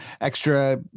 extra